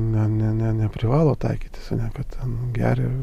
ne ne ne neprivalo taikytis ane ten geria